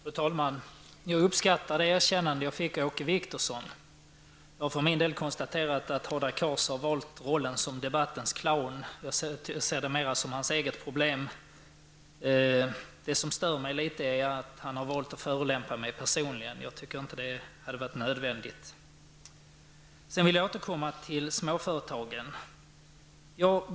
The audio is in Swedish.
Fru talman! Jag uppskattar det erkännande som jag fick av Åke Wictorsson. Jag kan konstatera att Hadar Cars har valt rollen såsom debattens clown. Jag ser det mera som hans eget problem. Det som stör mig litet är att han har valt att förolämpa mig personligen. Det hade inte varit nödvändigt. Jag vill återkomma till småföretagen.